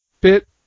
bit